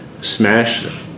smash